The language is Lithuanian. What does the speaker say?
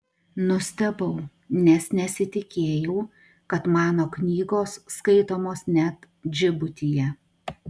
nustebau nes nesitikėjau kad mano knygos skaitomos net džibutyje